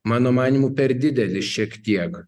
mano manymu per didelis šiek tiek